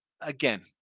again